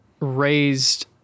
raised